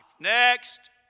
Next